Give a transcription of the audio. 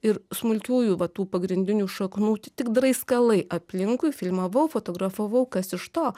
ir smulkiųjų va tų pagrindinių šaknų tik draiskalai aplinkui filmavau fotografavau kas iš to